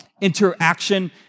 interaction